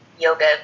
yoga